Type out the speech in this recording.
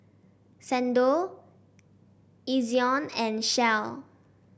Xndo Ezion and Shell